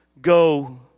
Go